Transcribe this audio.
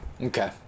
Okay